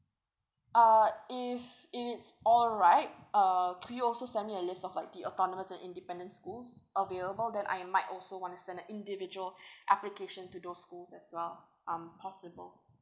uh if it's all right uh could you also send me a list of uh the autonomous and independent schools available then I might also want to send a individual application to those schools as well um possible